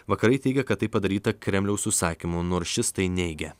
vakarai teigia kad tai padaryta kremliaus užsakymu nors šis tai neigia